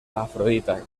afrodita